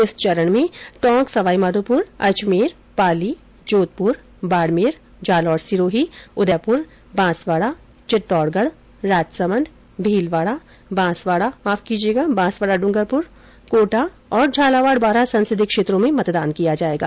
इस चरण में टोंक सवाईमाधोपुर अजमेर पाली जोधपुर बाडमेर जालोर सिरोही उदयपुर चित्तौड़गढ राजसमंद भीलवाडा बांसवाडा डूंगरपुर कोटा तथा झालावाड बारां संसदीय क्षेत्रों में मतदान किया जायेगा